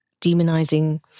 demonizing